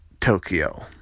Tokyo